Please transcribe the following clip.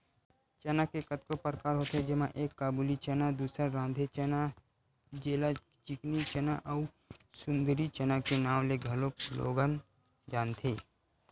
चना के कतको परकार होथे जेमा एक काबुली चना, दूसर राधे चना जेला चिकनी चना अउ सुंदरी चना के नांव ले घलोक लोगन जानथे